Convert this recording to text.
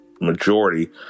majority